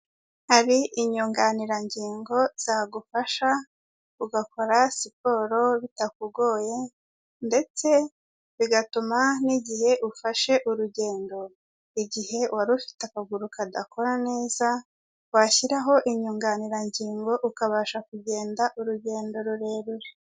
Hari inyunganirangingo zagufasha ugakora siporo bitakugoye, ndetse bigatuma n'igihe ufashe urugendo, igihe wari ufite akaguru kadakora neza, washyiraho inyunganirangingo ukabasha kugenda urugendo rurerure.